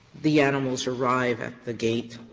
the animals arrive at the gate